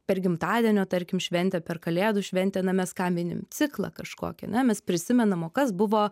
per gimtadienio tarkim šventę per kalėdų šventę na mes ką minim ciklą kažkokį ane mes prisimenam o kas buvo